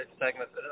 segments